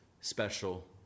special